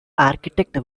architect